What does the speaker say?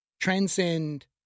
transcend